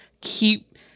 keep